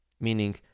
Meaning